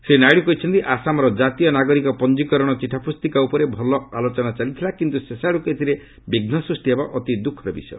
ଶ୍ରୀ ନାଇଡ଼ୁ କହିଛନ୍ତି ଆସାମର ଜାତୀୟ ନାଗରିକ ପଞ୍ଜିକରଣ ଚିଠା ପୁସ୍ତିକା ଉପରେ ଭଲ ଆଲୋଚନା ଚାଲିଥିଲା କିନ୍ତୁ ଶେଷ ଆଡ଼କୁ ଏଥିରେ ବିଘ୍ନ ସ୍ଚଷ୍ଟି ହେବା ଅତି ଦୁଃଖର ବିଷୟ